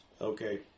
Okay